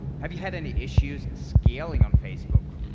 have you had any issues scaling on facebook?